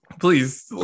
please